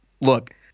look